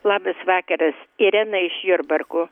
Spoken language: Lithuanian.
labas vakaras irena iš jurbarko